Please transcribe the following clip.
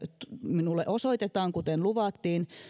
minulle osoitetaan kuten luvattiin